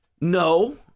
No